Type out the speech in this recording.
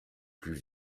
plus